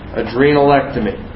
adrenalectomy